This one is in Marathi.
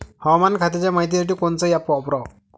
हवामान खात्याच्या मायतीसाठी कोनचं ॲप वापराव?